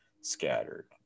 scattered